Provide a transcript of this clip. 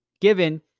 Given